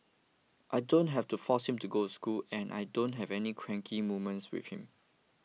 I don't have to force him to go to school and I don't have any cranky moments with him